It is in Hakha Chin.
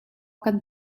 kan